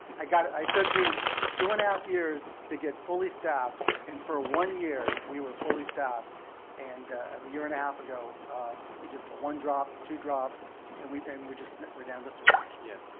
i got it i took me two and a half years to get fully stopped and for one year we were fully stopped and as a year and a half ago just a one drop to drop and we and we just met we're down to three yeah,